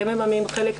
הם מממנים חלק,